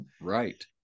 Right